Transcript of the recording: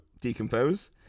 decompose